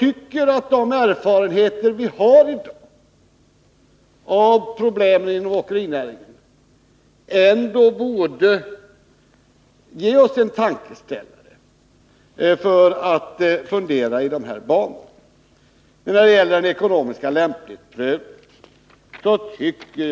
Och de erfarenheter som vii dag har av problemen inom åkerinäringen borde ge oss en tankeställare och få oss att fundera i dessa banor.